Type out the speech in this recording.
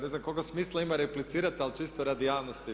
Ne znam koliko smisla imati replicirati ali čisto radi javnosti.